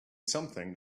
something